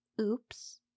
Oops